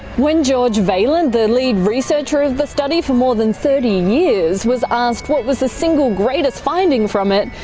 when george vaillant, the lead researcher of the study for more than thirty years, was asked what was the single greatest finding from it,